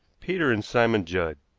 peter and simon judd.